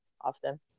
often